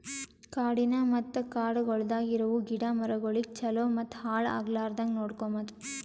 ಕಾಡಿನ ಮತ್ತ ಕಾಡಗೊಳ್ದಾಗ್ ಇರವು ಗಿಡ ಮರಗೊಳಿಗ್ ಛಲೋ ಮತ್ತ ಹಾಳ ಆಗ್ಲಾರ್ದಂಗ್ ನೋಡ್ಕೋಮದ್